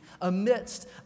amidst